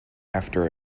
after